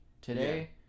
Today